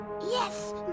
Yes